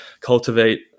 cultivate